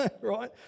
right